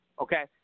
Okay